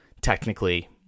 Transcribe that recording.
Technically